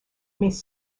mais